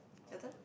your turn